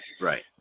right